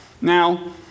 Now